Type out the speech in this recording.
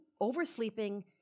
oversleeping